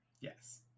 Yes